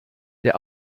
der